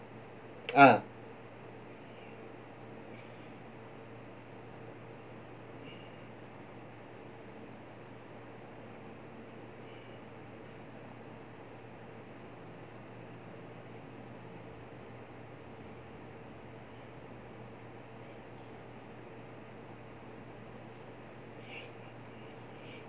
ah